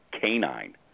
canine